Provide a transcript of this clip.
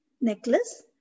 necklace